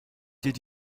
did